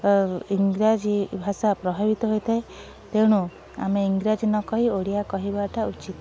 ଇଂରାଜୀ ଭାଷା ପ୍ରଭାବିତ ହୋଇଥାଏ ତେଣୁ ଆମେ ଇଂରାଜୀ ନକହି ଓଡ଼ିଆ କହିବାଟା ଉଚିତ୍